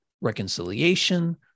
reconciliation